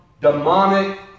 demonic